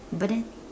but then